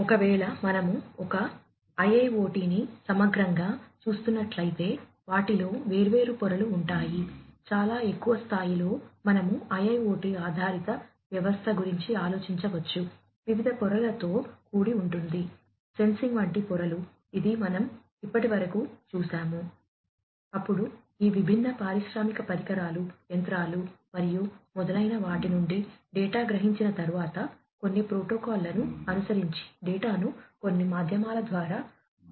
ఒకవేళ మనము ఒక IIoT ని సమగ్రంగా చూస్తున్నట్లయితే వాటిలో వేర్వేరు పొరలు ఉంటాయి చాలా ఎక్కువ స్థాయిలో మనము IIoT ఆధారిత వ్యవస్థ గురించి ఆలోచించవచ్చు వివిధ పొరలతో కూడి ఉంటుంది సెన్సింగ్ లను అనుసరించి డేటాను కొన్ని మాధ్యమాల ద్వారా పంపవలసి ఉంటుంది